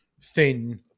thin